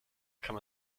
kann